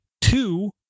two